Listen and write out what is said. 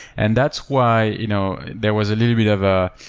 and that's why you know there was a little bit of a